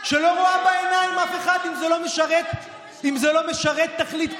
שלא רואה בעיניים אף אחד אם זה לא משרת תכלית פוליטית.